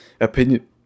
opinion